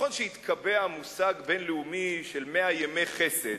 נכון שהתקבע מושג בין-לאומי של מאה ימי חסד,